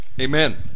amen